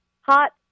Hot